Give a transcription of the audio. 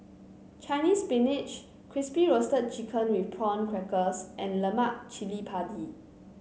Chinese Spinach Crispy Roasted Chicken with Prawn Crackers and Lemak Cili Padi